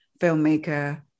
filmmaker